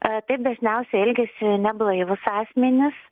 taip dažniausiai elgiasi neblaivūs asmenys